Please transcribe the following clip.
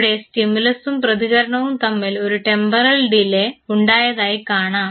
ഇവിടെ സ്റ്റിമുലസും പ്രതികരണവും തമ്മിൽ ഒരു ടെമ്പറൽ ഡിലെ ഉണ്ടായതായി കാണാം